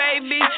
baby